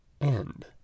End